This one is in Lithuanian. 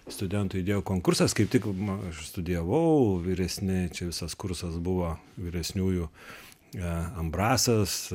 studentų idėjų konkursas kaip tik aš studijavau vyresni čia visas kursas buvo vyresniųjų ambrasas